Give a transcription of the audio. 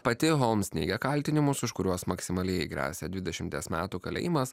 pati homs neigia kaltinimus už kuriuos maksimaliai gresia dvidešimties metų kalėjimas